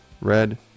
Red